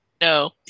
No